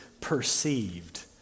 perceived